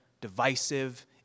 divisive